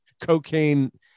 cocaine